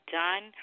done